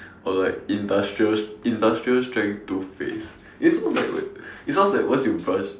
or like industrial industrial strength toothpaste it sounds like it sounds like once you brush